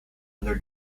under